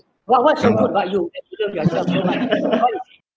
what what's so good about you that you love yourself so much what is it